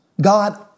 God